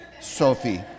Sophie